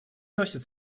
носит